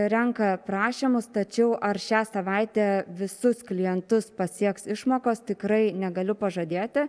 renka prašymus tačiau ar šią savaitę visus klientus pasieks išmokos tikrai negaliu pažadėti